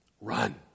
Run